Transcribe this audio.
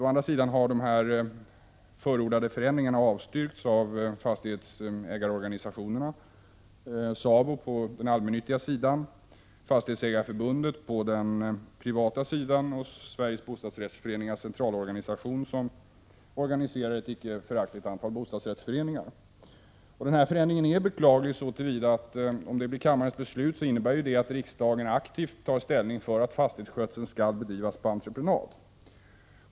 Å andra sidan har de förordade förändringarna avstyrkts av fastighetsägarorganisationerna, dvs. SABO på den allmännyttiga sidan, Fastighetsägareförbundet på den privata sidan och Sveriges bostadsrättsföreningars centralorganisation, som organiserar ett icke föraktligt antal bostadsrättsföreningar. Denna förändring är beklaglig, så till vida att den innebär, om det blir kammarens beslut, att riksdagen aktivt tar ställning för att fastighetsskötseln skall bedrivas på entreprenad.